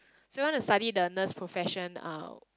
so you want to study the nurse profession um